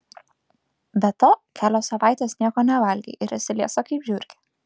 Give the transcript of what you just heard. be to kelios savaitės nieko nevalgei ir esi liesa kaip žiurkė